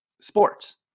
sports